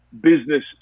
business